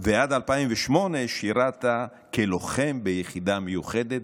ועד 2008 שירת כלוחם ביחידה מיוחדת,